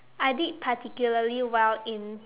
I did particularly well in